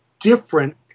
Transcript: different